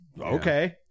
okay